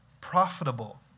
profitable